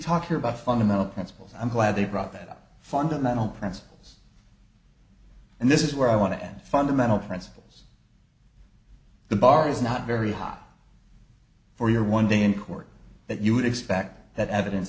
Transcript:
talked about fundamental principles i'm glad they brought that up fundamental principles and this is where i want to end fundamental principles the bar is not very high for your one day in court that you would expect that evidence